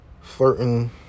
flirting